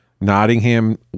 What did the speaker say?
nottingham